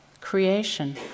creation